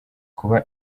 kuba